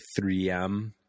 3M